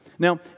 Now